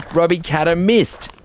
robbie katter missed!